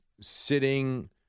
sitting